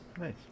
nice